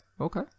Okay